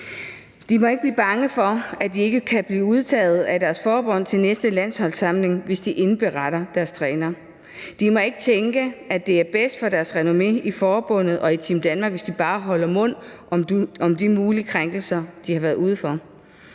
De må ikke blive bange for, at de ikke kan blive udtaget af deres forbund til næste landsholdssamling, hvis de indberetter deres trænere. De må ikke tænke, at det er bedst for deres renommé i forbundet og i Team Danmark, hvis de bare holder mund om de mulige krænkelser, de har været ude for.